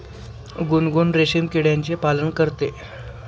गुनगुन रेशीम किड्याचे पालन करते